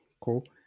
Cool